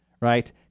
right